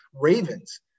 Ravens